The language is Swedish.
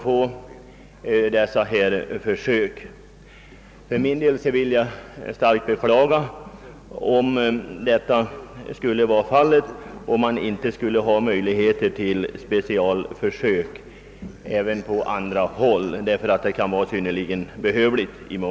Jag vill starkt beklaga om detta skulle bli fallet och det inte gavs möjligheter till försök även på andra håll, ty det kan ofta vara synnerligen behövligt.